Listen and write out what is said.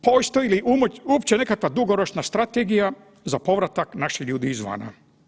Postoji li uopće nekakva dugoročna strategija za povratak naših ljudi izvana.